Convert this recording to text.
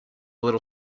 little